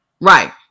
right